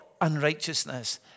unrighteousness